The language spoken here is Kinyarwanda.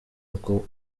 uko